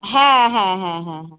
হ্যাঁ হ্যাঁ হ্যাঁ হ্যাঁ হ্যাঁ